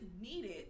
needed